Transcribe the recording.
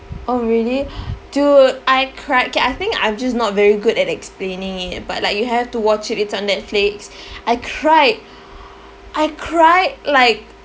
oh really dude I cried K I think I'm just not very good at explaining it but like you have to watch it it's on Netflix I cried I cried like